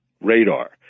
radar